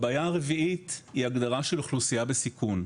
הבעיה הרביעית היא הגדרה של אוכלוסייה בסיכון.